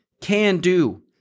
can-do